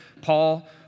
Paul